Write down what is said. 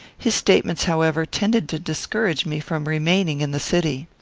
his statements, however, tended to discourage me from remaining in the city.